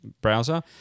browser